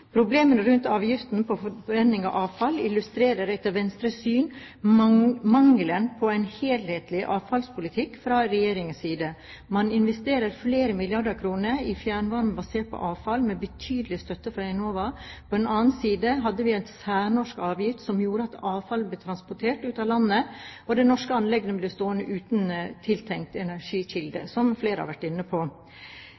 Problemene rundt avgiften på forbrenning av avfall illustrerer etter Venstres syn mangelen på en helhetlig avfallspolitikk fra regjeringens side. Man investerer flere milliarder kroner i fjernvarme basert på avfall, med betydelig støtte fra Enova. På den annen side hadde vi en særnorsk avgift som gjorde at avfall ble transportert ut av landet, og de norske anleggene ble stående uten tiltenkt